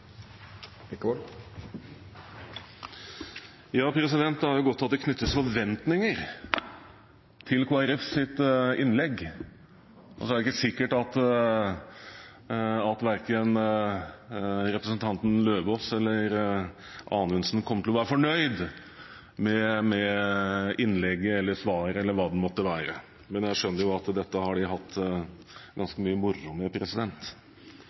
Bekkevold på dette punktet. Det er godt at det knyttes forventninger til Kristelig Folkepartis innlegg. Så er det ikke sikkert at verken representanten Eidem Løvaas eller representanten Anundsen kommer til å være fornøyd med innlegget eller svaret eller hva det måtte være, men jeg skjønner jo at dette har de hatt ganske mye moro med.